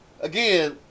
Again